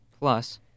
Plus